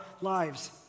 lives